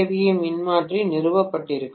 ஏ மின்மாற்றி நிறுவப்பட்டிருக்கலாம்